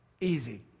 Easy